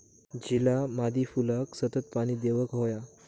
झिला मादी फुलाक सतत पाणी देवक हव्या